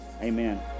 amen